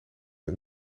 een